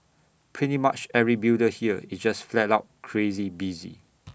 pretty much every builder here is just flat out crazy busy